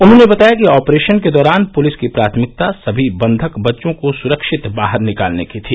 उन्होंने बताया कि ऑपरेशन के दौरान पुलिस की प्राथमिकता समी बंधक बच्चों को सुरक्षित बाहर निकालने की थी